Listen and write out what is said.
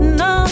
no